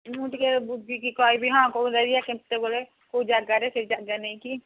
ମୁଁ ଟିକିଏ ବୁଝିକି କହିବି ହଁ କେଉଁ ଏରିଆ କେତେବେଳେ କୋଉ ଜାଗାରେ ସେ ଜାଗା ନେଇକି